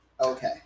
Okay